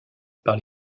par